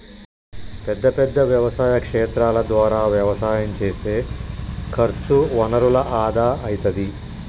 పెద్ద పెద్ద వ్యవసాయ క్షేత్రాల ద్వారా వ్యవసాయం చేస్తే ఖర్చు వనరుల ఆదా అయితది